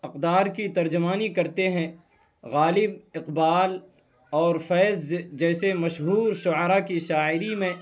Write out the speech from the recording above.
اقدار کی ترجمانی کرتے ہیں غالب اقبال اور فیض جیسے مشہور شعرا کی شاعری میں